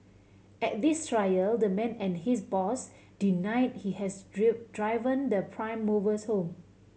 at this trial the man and his boss deny he has driven the prime movers home